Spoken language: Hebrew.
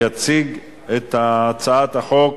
יציג את הצעת החוק